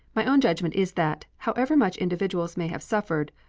my own judgment is that, however much individuals may have suffered,